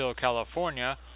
California